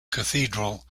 cathedral